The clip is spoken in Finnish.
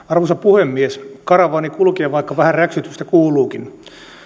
arvoisa puhemies karavaani kulkee vaikka vähän räksytystä kuuluukin